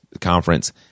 conference